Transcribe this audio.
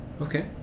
Okay